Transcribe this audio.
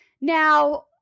Now